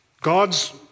God's